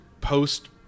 post